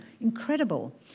Incredible